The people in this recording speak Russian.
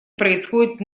происходит